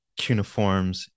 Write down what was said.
cuneiforms